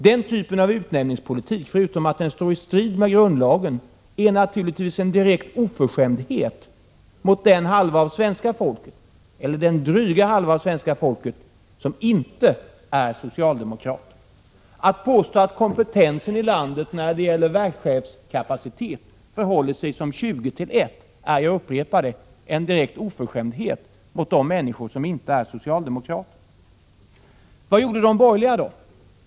Den typen av utnämningspolitik är, förutom att den står i strid med grundlagen, naturligtvis en direkt oförskämdhet mot den dryga halva av svenska folket som inte är socialdemokratisk. Att påstå att kompetensen i landet när det gäller verkschefskapacitet förhåller sig som 20 till 1 i socialdemokratisk favör är — jag upprepar det —en direkt oförskämdhet mot de människor som inte är socialdemokrater. Vad gjorde de borgerliga då?